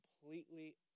completely